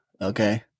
okay